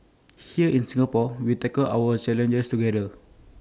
here in Singapore we tackle our challenges together